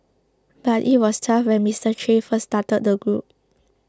but it was tough when Mister Che first started the group